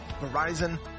Verizon